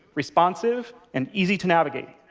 responsive, and easy to navigate.